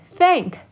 Thank